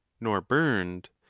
nor burned,